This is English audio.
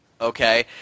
Okay